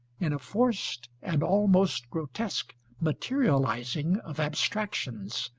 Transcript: in a forced and almost grotesque materialising of abstractions,